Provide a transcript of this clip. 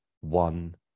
one